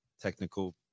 technical